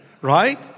right